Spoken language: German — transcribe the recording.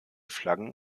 flaggen